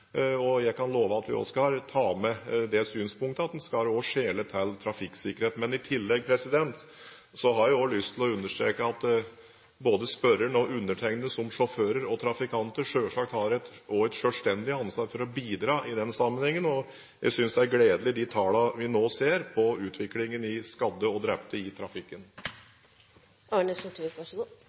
og jeg kan love at vi skal ta med det synspunktet at en også skal skjele til trafikksikkerhet. I tillegg har jeg lyst til å understreke at både spørreren og undertegnede som sjåfører og trafikanter selvsagt også har et selvstendig ansvar for å bidra i denne sammenhengen. Den utviklingen vi nå ser, er gledelig med hensyn til tallet på skadde og drepte i